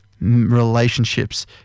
Relationships